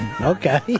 Okay